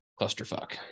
clusterfuck